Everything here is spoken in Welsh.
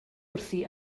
wrthi